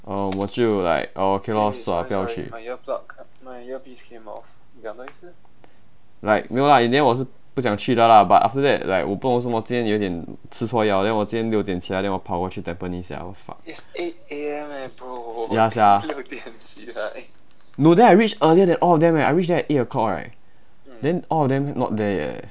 哦我就 like okay lor sua 不要去 like 没有 lah in the end 我是不想去的啦 but after that like 我不懂为什么今天有点吃错药 then 我今天六点起来 then 我跑过去 tampines liao fuck ya sia no then I reached earlier than all of them leh I reached there at eight o'clock right then all of them not there yet eh